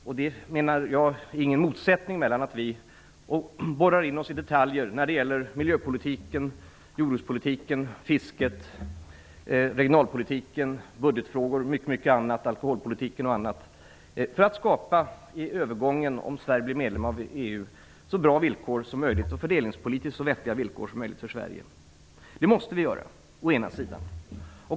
Jag menar att det inte finns någon motsättning mellan detta och att vi borrar ner oss i detaljer när det gäller miljöpolitiken, jordbrukspolitiken, fisket, regionalpolitiken, budgetfrågor, alkoholpolitiken och mycket annat, för att om Sverige blir medlem av EU i övergången skapa så bra och så fördelningspolitiskt vettiga villkor som möjligt för Sverige. Detta måste vi göra å ena sidan.